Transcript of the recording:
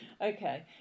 Okay